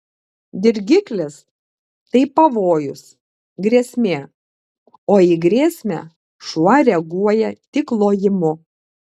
dirgiklis tai pavojus grėsmė o į grėsmę šuo reaguoja tik lojimu